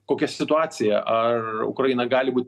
kokia situacija ar ukraina gali būt